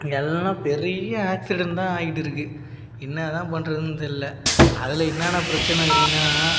இங்கெல்லாம் பெரிய ஆக்சிடென்ட் தான் ஆயிட்டுருக்கு என்னாதான் பண்ணுறதுன்னு தெரியல அதில் என்னான்னா பிரச்சனை இருக்குன்னா